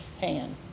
hand